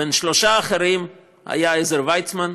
בין שלושת האחרים היה עזר ויצמן,